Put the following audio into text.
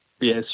Yes